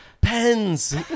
pens